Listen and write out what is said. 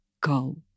go